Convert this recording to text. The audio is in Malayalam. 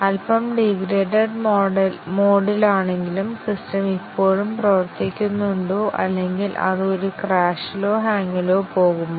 അൽപ്പം ഡീഗ്രേഡ്ഡ് മോഡിലാണെങ്കിലും സിസ്റ്റം ഇപ്പോഴും പ്രവർത്തിക്കുന്നുണ്ടോ അല്ലെങ്കിൽ അത് ഒരു ക്രാഷിലോ ഹാംഗിലോ പോകുമോ